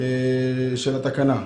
בתקנה.